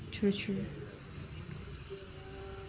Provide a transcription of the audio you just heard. true true